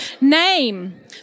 Name